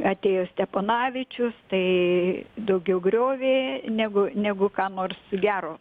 atėjo steponavičius tai daugiau griovė negu negu ką nors gero